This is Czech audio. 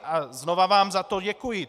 A znova vám za to děkuji.